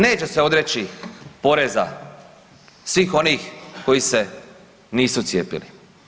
Neće se odreći poreza svih onih koji se nisu cijepili.